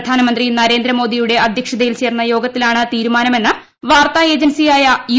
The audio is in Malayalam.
പ്രധാനമന്ത്രി നരേന്ദ്രമോദിയുടെ അധ്യക്ഷതയിൽ ചേർന്ന യോഗത്തിലാണ് തീരുമാനമെന്ന് വാർത്താ ഏജൻസിയായ യു